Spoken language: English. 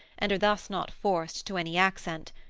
and are thus not forced to any accent.